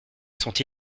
sont